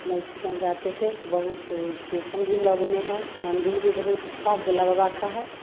मौसी खिन जाते थे तो बहुत स्टेशन भी लग में है मंदिर भी बहुत अच्छा भोला बाबा का है